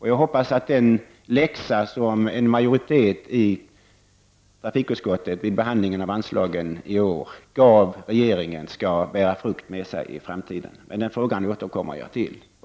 Jag hoppas att den läxa som en majoritet i trafikutskottet vid behandlingen av anslagsfrågan gav regeringen skall bära frukt i framtiden. Men den frågan återkommer jag till.